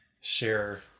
share